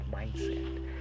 mindset